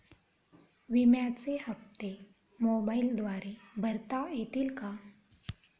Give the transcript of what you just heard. विम्याचे हप्ते मोबाइलद्वारे भरता येतील का?